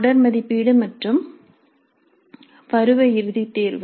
தொடர் மதிப்பீடு மற்றும் பருவ இறுதி தேர்வு